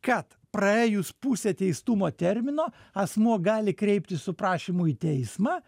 kad praėjus pusė teistumo termino asmuo gali kreiptis su prašymu į teismą